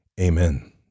Amen